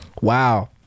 Wow